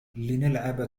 لنلعب